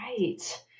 Right